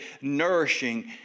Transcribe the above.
nourishing